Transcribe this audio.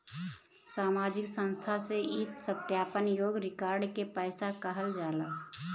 सामाजिक संस्था से ई सत्यापन योग्य रिकॉर्ड के पैसा कहल जाला